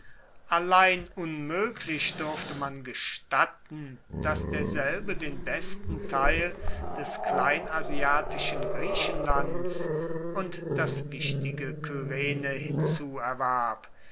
allein unmoeglich durfte man gestatten dass derselbe den besten teil des kleinasiatischen griechenlands und das wichtige kyrene